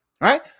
right